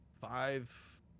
five